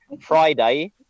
Friday